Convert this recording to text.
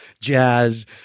jazz